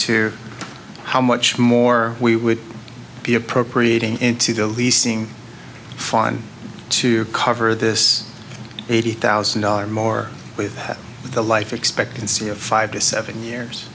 to how much more we would be appropriating into the leasing fine to cover this eighty thousand dollars or more with the life expectancy of five to seven years